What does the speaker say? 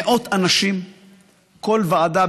מאות אנשים בכל ועדה,